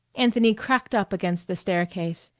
anthony cracked up against the staircase,